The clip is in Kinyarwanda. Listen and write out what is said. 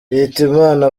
hitimana